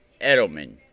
Edelman